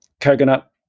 coconut